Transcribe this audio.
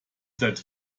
seid